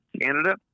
Canada